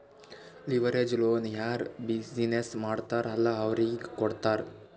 leverage loan ಯಾರ್ business ಮಾಡ್ತಾರ್ ಅಲ್ಲಾ ಅವ್ರಿಗೆ ಕೊಡ್ತಾರ್